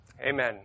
Amen